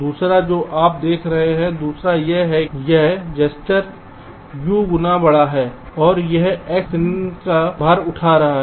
दूसरा जो आप देख रहे हैं दूसरा यह है कि यह जेटस्टर यू गुना बड़ा है और यह एक्स सिने का भार उठा रहा है